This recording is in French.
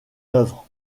œuvre